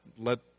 let